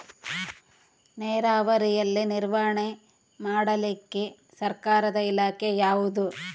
ನೇರಾವರಿಯಲ್ಲಿ ನಿರ್ವಹಣೆ ಮಾಡಲಿಕ್ಕೆ ಸರ್ಕಾರದ ಇಲಾಖೆ ಯಾವುದು?